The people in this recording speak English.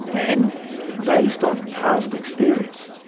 and based on past experience,